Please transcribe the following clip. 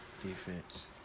Defense